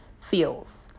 feels